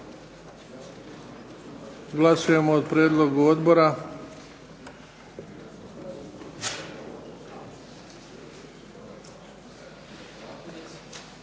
glasujmo o prijedlogu odbora.